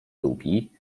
lubi